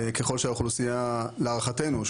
ככל שהאוכלוסייה להערכתנו,